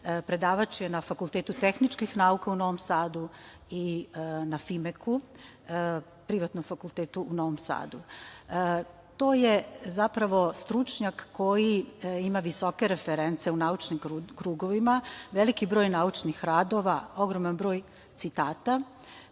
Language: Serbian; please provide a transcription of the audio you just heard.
Predavač je na Fakultetu tehničkih nauka u Novom Sadu i na FIMEK-u, privatnom fakultetu u Novom Sadu. To je stručnjak koji ima visoke reference u naučnim krugovima, veliki broj naučnih radova, ogroman broj citata,